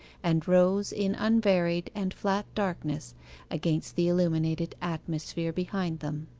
and rose in unvaried and flat darkness against the illuminated atmosphere behind them.